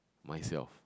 myself